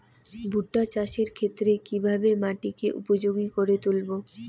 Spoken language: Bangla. ভুট্টা চাষের ক্ষেত্রে কিভাবে মাটিকে উপযোগী করে তুলবো?